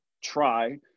try